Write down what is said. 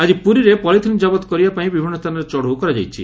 ଆକି ପୁରୀରେ ପଲିଥିନ୍ କବତ କରିବା ପାଇଁ ବିଭିନ୍ନ ସ୍ଚାନରେ ଚଢ଼ଉ କରାଯାଇଛି